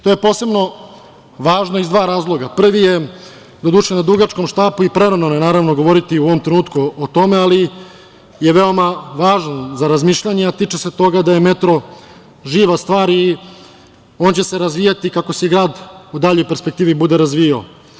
To je posebno važno iz dva razloga, prvi je, doduše, na dugačkom štapu i prerano je, naravno, govoriti u ovom trenutku o tome, ali je veoma važan za razmišljanje, a tiče se toga da je metro živa stvar i on će se razvijati kako se grad u daljoj perspektivi bude razvijao.